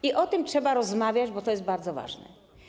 I o tym trzeba rozmawiać, bo to jest bardzo ważne.